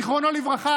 זיכרונו לברכה,